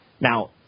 Now